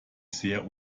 sehr